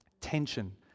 Tension